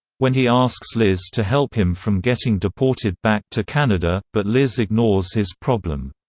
when he asks liz to help him from getting deported back to canada, but liz ignores his problem.